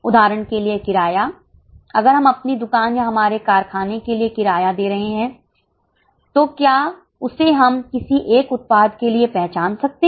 उदाहरण के लिए किराया अगर हम अपनी दुकान या हमारे कारखाने के लिए किराया दे रहे हैं तो क्या उसे हम किसी एक उत्पाद के लिए पहचान सकते हैं